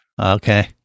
Okay